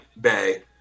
bay